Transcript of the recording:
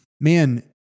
man